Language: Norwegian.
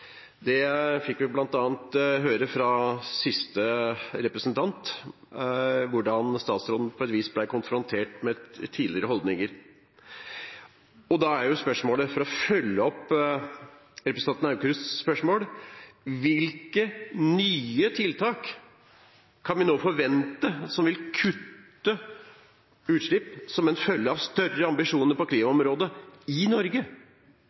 Det fikk vi bl.a. høre fra siste representant, hvordan statsråden på et vis ble konfrontert med tidligere holdninger. Da er spørsmålet, for å følge opp representanten Aukrusts spørsmål: Hvilke nye tiltak kan vi nå forvente som vil kutte utslipp, som følge av større ambisjoner på klimaområdet i Norge?